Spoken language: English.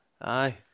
Aye